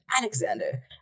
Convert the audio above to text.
Alexander